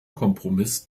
kompromiss